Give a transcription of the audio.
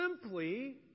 simply